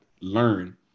learn